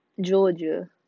Georgia